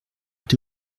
est